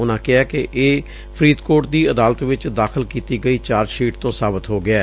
ਉਨੂੰ ਕਿਹੈ ਕਿ ਇਹ ਫਰੀਦਕੋਟ ਦੀ ਅਦਾਲਤ ਵਿਚ ਦਾਖਲ ਕੀਤੀ ਗਈ ਚਾਰਜਸ਼ੀਟ ਤੋਂ ਸਾਬਤ ਹੋ ਗਿਐ